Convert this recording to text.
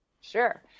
Sure